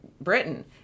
Britain